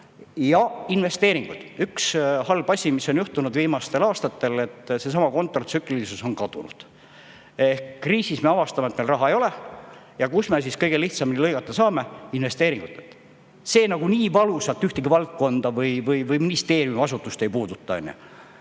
ja investeeringud. Üks halb asi, mis on juhtunud viimastel aastatel, on see, et seesama kontratsüklilisus on kadunud. Kriisi ajal me avastame, et meil raha ei ole. Ja kust me kõige lihtsamini lõigata saame? Investeeringutest, sest see nagu nii valusalt ühtegi valdkonda, ministeeriumi või asutust ei puuduta.